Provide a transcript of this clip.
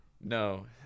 No